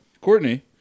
Courtney